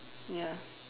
ya